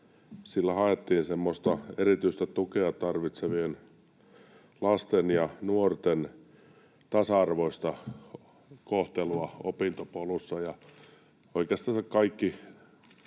sillä haettiin semmoista erityistä tukea tarvitsevien lasten ja nuorten tasa-arvoista kohtelua opintopolussa